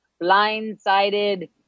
blindsided